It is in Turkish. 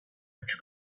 küçük